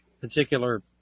particular